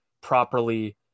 properly